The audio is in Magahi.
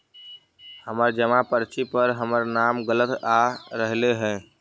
हमर जमा पर्ची पर हमर नाम गलत आ रहलइ हे